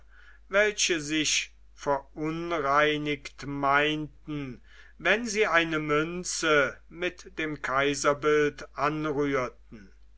welche sich verunreinigt meinten wenn sie eine münze mit dem kaiserbild anrührten